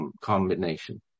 combination